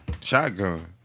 Shotgun